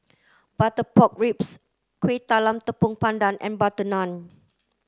butter pork ribs Kuih Talam Tepong Pandan and butter naan